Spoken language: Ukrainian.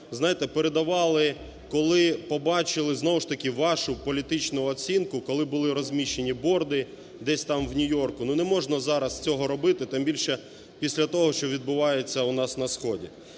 те, що передавали, коли побачили, знову ж таки, вашу політичну оцінку, коли були розміщені борди десь там в Нью-Йорку. Не можна зараз цього робити, тим більше після того, що відбувається у нас на сході.